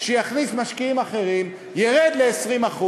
שיכניס משקיעים אחרים, ירד ל-20%,